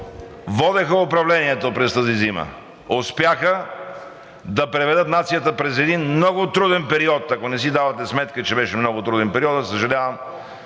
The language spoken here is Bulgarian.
водеха управлението през тази зима, успяха да преведат нацията през един много труден период. Ако не си давате сметка, че беше много труден периодът – съжалявам,